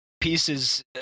pieces